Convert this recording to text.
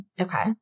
Okay